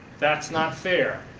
that's not fair.